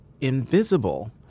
invisible